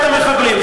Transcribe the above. שחררה מחבלים.